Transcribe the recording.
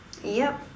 yup